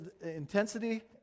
intensity